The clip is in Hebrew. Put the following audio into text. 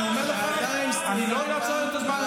אני אומר לך, אני לא אעצור את הזמן.